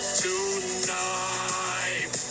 tonight